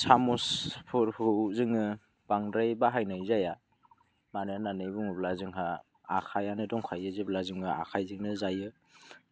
साम'सफोरखौ जोङो बांद्राय बाहायनाय जाया मानो होननानै बुंब्ला जोंहा आखायानो दंखायो जेब्ला जोङो आखायजोंनो जायो